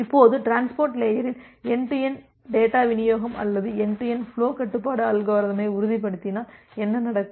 இப்போது டிரான்ஸ்போர்ட் லேயரில் end to end data விநியோகம் அல்லது என்டு டு என்டு ஃபுலோ கட்டுப்பாட்டு அல்காரிதமை உறுதிபடுத்தினால் என்ன நடக்கும்